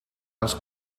als